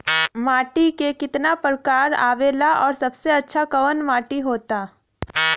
माटी के कितना प्रकार आवेला और सबसे अच्छा कवन माटी होता?